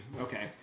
Okay